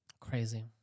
Crazy